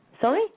Sorry